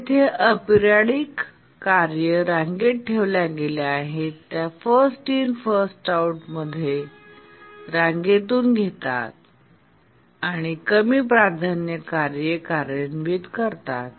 जेथे अपरिओडिक कार्ये रांगेत ठेवल्या गेल्या आहेत त्या फर्स्ट इन फर्स्ट आउट मध्ये रांगेतून घेतात आणि कमी प्राधान्य कार्ये कार्यान्वित करतात